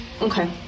Okay